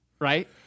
right